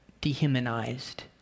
dehumanized